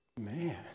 Man